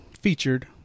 featured